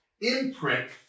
imprint